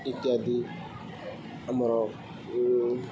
ଇତ୍ୟାଦି ଆମର